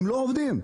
הם לא עובדים בלילה.